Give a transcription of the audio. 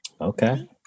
Okay